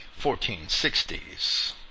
1460s